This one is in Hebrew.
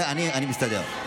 אני מסתדר.